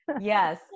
Yes